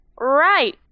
Right